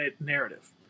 narrative